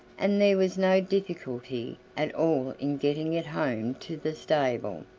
and there was no difficulty at all in getting it home to the stable.